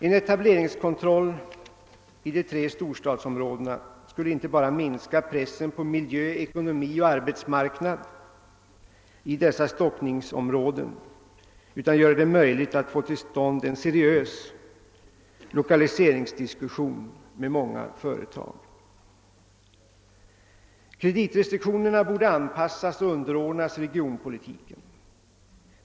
En etableringskontroll i de tre storstadsområdena skulle inte bara minska pressen på miljö, ekonomi och arbetsmarknad i dessa stockningsområden utan göra det möjligt att få till stånd en seriös lokaliseringsdiskussion med många företag. Kreditrestriktionerna borde anpassas och underordnas regionpolitiken.